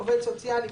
עובד סוציאלי,